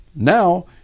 Now